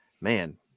man